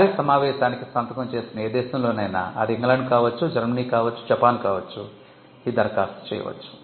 Paris సమావేశానికి సంతకం చేసిన ఏ దేశంలోనైనా ఇది ఇంగ్లాండ్ కావచ్చు జర్మనీ కావచ్చు జపాన్ కావచ్చు ఈ దరఖాస్తు చేయవచ్చు